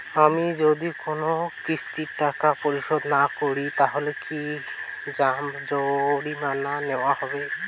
আমি যদি কোন কিস্তির টাকা পরিশোধ না করি তাহলে কি জরিমানা নেওয়া হবে?